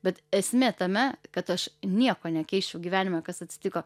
bet esmė tame kad aš nieko nekeisčiau gyvenime kas atsitiko